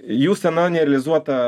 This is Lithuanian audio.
jų sena nerealizuota